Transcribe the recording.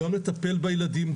גם בטיפול בילדים,